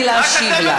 למה, אתם לא עושים את זה?